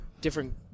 different